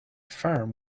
farm